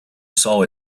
saw